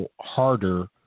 harder